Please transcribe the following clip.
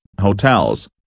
hotels